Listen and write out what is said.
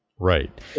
Right